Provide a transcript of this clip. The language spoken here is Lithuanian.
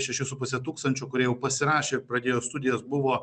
šeši su puse tūkstančio kurie jau pasirašė ir pradėjo studijas buvo